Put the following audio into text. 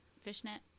Fishnet